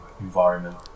environment